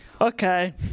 okay